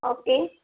okay